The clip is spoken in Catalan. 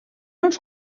uns